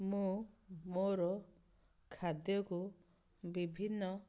ମୁଁ ମୋର ଖାଦ୍ୟକୁ ବିଭିନ୍ନ